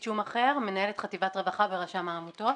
מנהלת חטיבת רווחה ברשם העמותות.